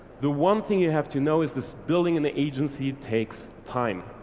the one thing you have to know is this building in the agency takes time.